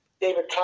David